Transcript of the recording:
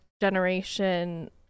generation